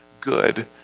good